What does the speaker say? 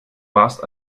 warst